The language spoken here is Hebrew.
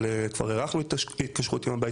אבל כבר הארכנו את ההתקשרות עם ׳הבית